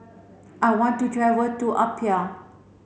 I want to travel to Apia